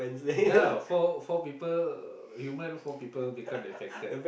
ya four four people uh human four people become affected